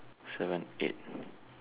seven eight